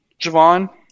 Javon